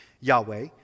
Yahweh